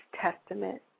Testament